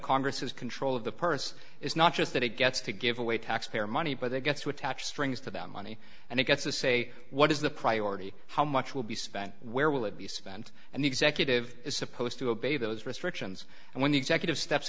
congress has control of the purse is not just that it gets to give away taxpayer money but they get so attached strings to that money and they get to say what is the priority how much will be spent where will it be spent and the executive is supposed to obey those restrictions and when the executive steps